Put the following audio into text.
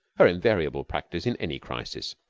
her invariable practise in any crisis.